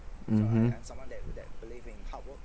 mmhmm